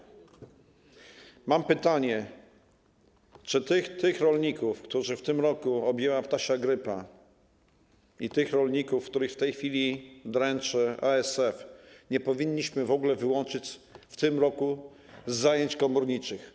Mam pytanie, czy tych rolników, których w tym roku objęła ptasia grypa, i tych rolników, których w tej chwili dręczy ASF, nie powinniśmy w ogóle wyłączyć w tym roku z zajęć komorniczych.